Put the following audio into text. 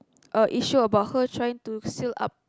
a issue about her trying to seal up